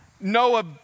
Noah